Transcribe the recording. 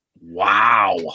Wow